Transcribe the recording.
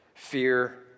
Fear